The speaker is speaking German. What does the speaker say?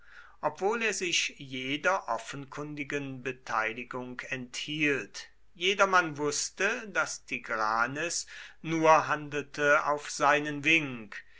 obwohl er sich jeder offenkundigen beteiligung enthielt jedermann wußte daß tigranes nur handelte auf seinen wink